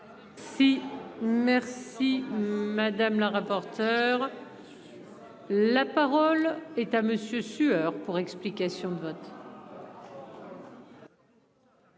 Merci madame la rapporteure. La parole est à monsieur sueur pour explication de vote.